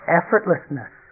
effortlessness